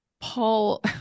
Paul